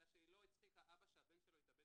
אלא שהיא לא הצחיקה אבא שהבן שלו התאבד